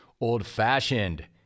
Old-fashioned